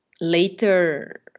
later